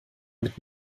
mit